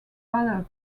father